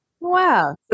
Wow